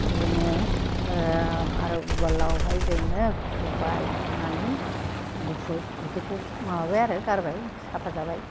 जोङो ओह आरो उवालआवहाय जोङो खुबाय खुनानै गुफुर बिगुरखौ माबाय आरो गारबाय साफा जाबाय